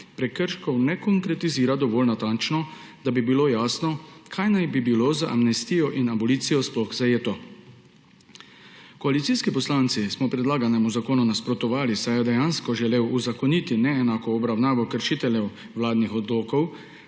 prekrškov ne konkretizira dovolj natančno, da bi bilo jasno, kaj naj bi bilo z amnestijo in abolicijo sploh zajeto. Koalicijski poslanci smo predlaganemu zakonu nasprotovali, saj je dejansko želel uzakoniti neenako obravnavo kršiteljev vladnih odlokov,